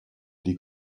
die